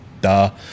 Duh